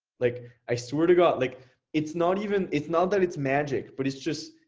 like i swear to god, like it's not even it's not that it's magic but it's just,